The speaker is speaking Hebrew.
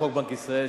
לחוק בנק ישראל,